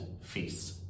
feasts